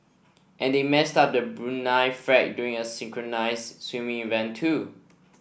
and they messed up the Brunei flag during a synchronised swimming event too